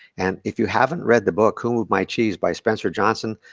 and if you haven't read the book, who moved my cheese, by spencer johnson,